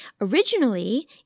Originally